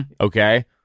Okay